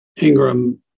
Ingram